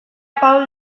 paul